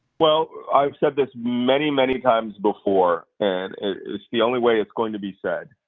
well, i've said this many, many times before, and it's the only way it's going to be said.